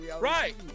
right